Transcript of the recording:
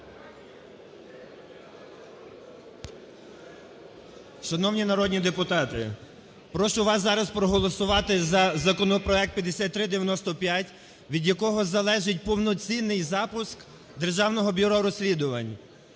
Шановні народні депутати! Прошу вас зараз проголосувати за законопроект 5395, від якого залежить повноцінний запуск Державного бюро розслідувань.